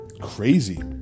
crazy